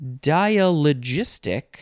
dialogistic